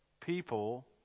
People